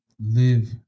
live